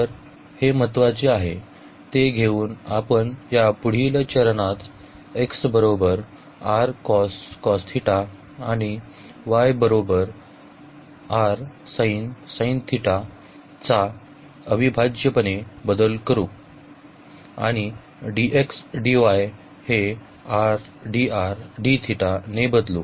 तर हे महत्वाचे आहे ते घेऊन आपण पुढील चरणात चा अविभाज्यपणे बदल करू आणि dx dy हे r dr dθ ने बदलु